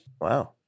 Wow